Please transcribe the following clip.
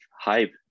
hype